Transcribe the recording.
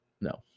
No